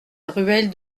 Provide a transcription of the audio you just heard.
ruelle